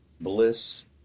bliss